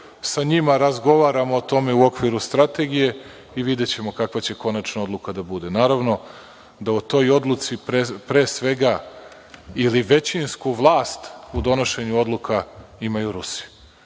Sa njima razgovaramo o tome u okviru strategije i videćemo kakva će konačna odluka da bude. Naravno da o toj odluci, pre svega, ili većinsku vlast u donošenju odluka imaju Rusi,